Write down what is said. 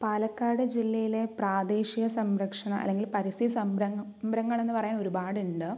പാലക്കാട് ജില്ലയിലെ പ്രാദേശിക സംരക്ഷണ അല്ലെങ്കിൽ പരിസ്ഥിതി സംരംഭ സംരഭങ്ങൾ എന്ന് പറയാൻ ഒരുപാടുണ്ട്